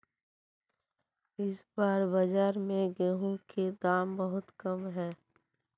इस बार बाजार में गेंहू के दाम बहुत कम है?